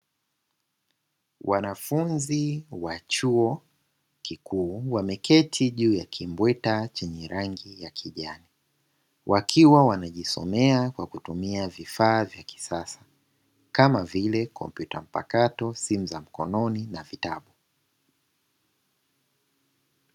Wanafunzi wa chuo kikuu wameketi juu ya kimbweta chenye rangi ya kijani, wakiwa wanajisomea kwa kutumia vifaa vya kisasa kama vile: kompyuta mpakato, simu za mikononi na vitabu.